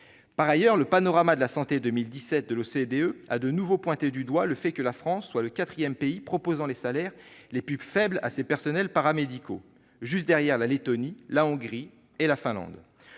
Par ailleurs, le « panorama de la santé 2017 » de l'OCDE a de nouveau pointé du doigt le fait que la France soit le quatrième pays proposant les salaires les plus faibles à ses personnels paramédicaux, juste derrière la Lettonie, la Hongrie et la Finlande.